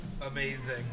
Amazing